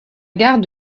gare